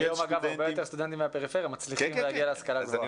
היום אגב הרבה יותר סטודנטים מהפריפריה מצליחים להגיע להשכלה גבוהה.